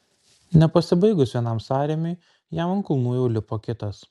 nepasibaigus vienam sąrėmiui jam ant kulnų jau lipo kitas